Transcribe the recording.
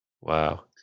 Wow